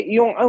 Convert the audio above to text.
Yung